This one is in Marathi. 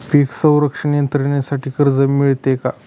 पीक संरक्षण यंत्रणेसाठी कर्ज मिळते का?